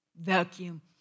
vacuum